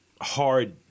hard